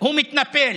הוא מתנפל.